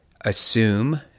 assume